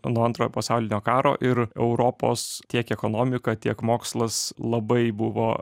nuo antrojo pasaulinio karo ir europos tiek ekonomika tiek mokslas labai buvo